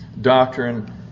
doctrine